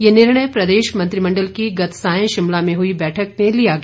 ये निर्णय प्रदेश मंत्रिमंडल की गत सांय शिमला में हुई बैठक में लिया गया